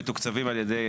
ומתוקצבים על ידי